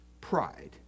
Pride